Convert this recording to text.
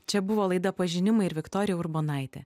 čia buvo laida pažinimai ir viktorija urbonaitė